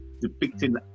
depicting